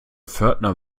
pförtner